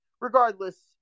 regardless